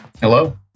Hello